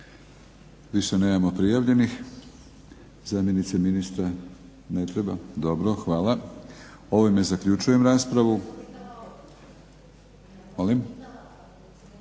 Više nemamo prijavljenih. Zamjenica ministra? Ne treba, dobro. Hvala. Ovime zaključujem raspravu.